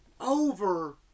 over